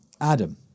Adam